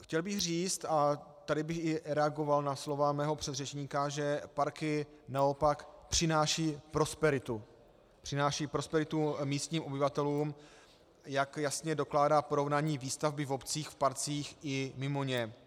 Chtěl bych říct, a tady bych reagoval na slova svého předřečníka, že parky naopak přinášejí prosperitu, přinášejí prosperitu místním obyvatelům, jak jasně dokládá porovnání výstavby v obcích, v parcích i mimo ně.